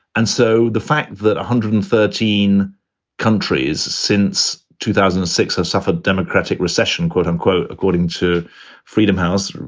and so the fact that one hundred and thirteen countries since two thousand and six have suffered democratic recession, quote unquote, according to freedom house,